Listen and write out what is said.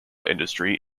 industry